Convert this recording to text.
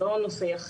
לא נושא יחיד,